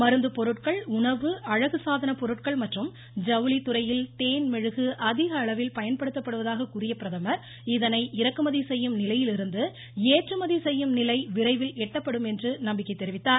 மருந்துப் பொருட்கள் உணவு அழகுசாதனப் பொருட்கள் மற்றும் ஜவுளித்துறையில் தேன் மெழுகு அதிக அளவில் பயன்படுத்தப்படுவதாக கூறிய பிரதமர் இதனை இறக்குமதி செய்யும் நிலையிலிருந்து ஏற்றுமதி செய்யும் நிலை விரைவில் எட்டப்படும் என்று நம்பிக்கை தெரிவித்தார்